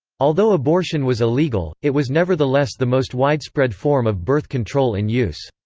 although abortion was illegal, it was nevertheless the most widespread form of birth control in use.